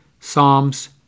Psalms